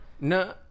No